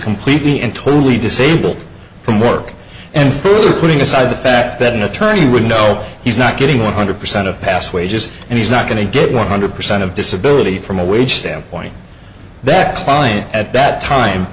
completely and totally disabled from work and putting aside the fact that an attorney would know he's not getting one hundred percent of past wages and he's not going to get one hundred percent of disability from a wage standpoint that fine at that time